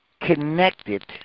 connected